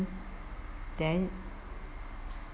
then